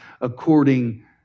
according